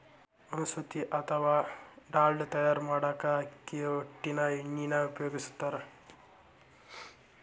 ವನಸ್ಪತಿ ಅತ್ವಾ ಡಾಲ್ಡಾ ತಯಾರ್ ಮಾಡಾಕ ಅಕ್ಕಿ ಹೊಟ್ಟಿನ ಎಣ್ಣಿನ ಉಪಯೋಗಸ್ತಾರ